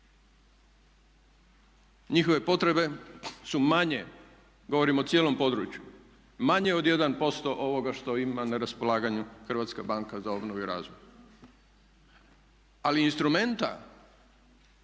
Njihove potrebe su manje, govorim o cijelom području, manje od 1% ovoga što ima na raspolaganju HBOR. Ali instrumenta